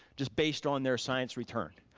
just based on their science return.